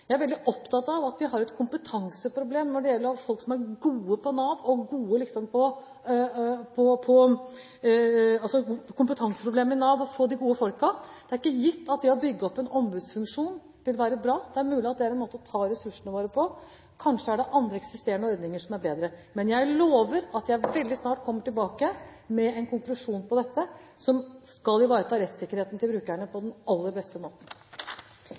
Jeg er veldig opptatt av at vi har et kompetanseproblem i Nav når det gjelder å få de gode folkene. Det er ikke gitt at det å bygge opp en ombudsfunksjon vil være bra. Det er mulig at det er en måte å ta ressursene våre på. Kanskje er det andre eksisterende ordninger som er bedre. Men jeg lover at jeg veldig snart kommer tilbake med en konklusjon på dette som skal ivareta rettssikkerheten til brukerne på den aller beste måten.